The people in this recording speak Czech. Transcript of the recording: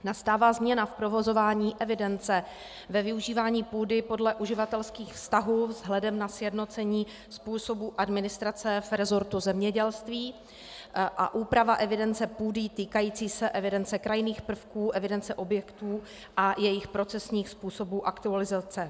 Nastává změna v provozování evidence, ve využívání půdy podle uživatelských vztahů vzhledem na sjednocení způsobu administrace v resortu zemědělství a úprava evidence půdy týkající se evidence krajinných prvků, evidence objektů a jejich procesních způsobů aktualizace.